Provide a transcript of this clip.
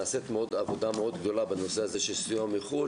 נעשית עבודה מאוד גדולה בנושא הזה של סיוע מחוץ-לארץ,